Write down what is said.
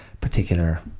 particular